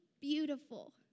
beautiful